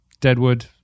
Deadwood